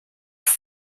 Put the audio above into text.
plus